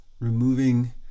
removing